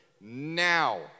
now